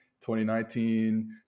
2019